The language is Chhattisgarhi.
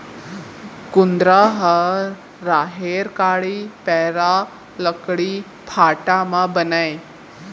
कुंदरा ह राहेर कांड़ी, पैरा, लकड़ी फाटा म बनय